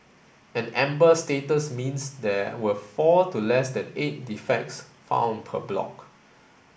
an amber status means there were four to less than eight defects found per block